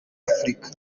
afurika